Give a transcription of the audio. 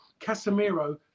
Casemiro